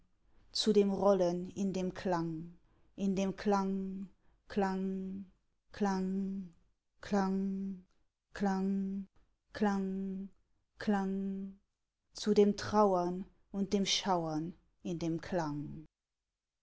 zu dem rollen in dem klang in dem klang klang klang klang klang klang klang zu dem trauern und dem schauern in dem klang